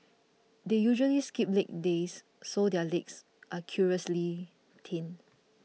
and they usually skip leg days so their legs are curiously thin